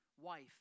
wife